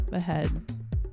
ahead